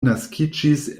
naskiĝis